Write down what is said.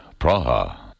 Praha